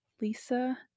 Lisa